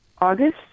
August